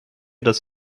dass